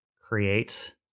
create